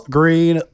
Green